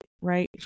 right